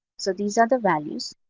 so these are the values.